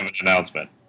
announcement